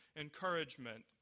encouragement